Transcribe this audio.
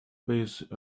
phase